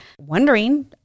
wondering